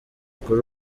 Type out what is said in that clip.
kuri